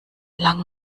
lang